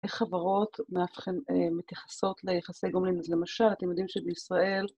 איך חברות מתייחסות ליחסי גומלין. למשל, אתם יודעים שבישראל...